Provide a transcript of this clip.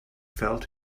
felt